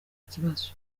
kibazo